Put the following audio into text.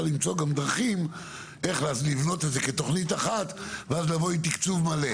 למצוא דרכים איך לבנות את זה כתוכנית אחת ואז לבוא עם תקצוב מלא.